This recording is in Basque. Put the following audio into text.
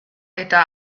eta